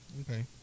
okay